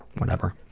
whatever.